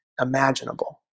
imaginable